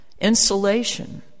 insulation